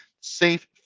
safe